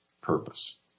purpose